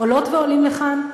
עולות ועולים לכאן,